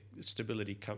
stability